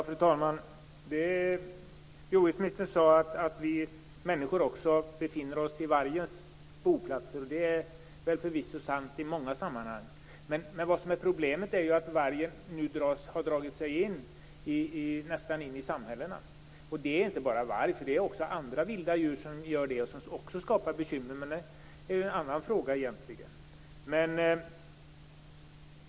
Fru talman! Jordbruksministern sade att vi människor befinner oss vid vargens boplatser. Det är förvisso sant i många sammanhang. Vad som är problemet är ju att vargen nu har dragit sig in i samhällena. Det gäller inte bara varg. Också andra vilda djur har gjort det, och det skapar också bekymmer. Men det är en annan fråga.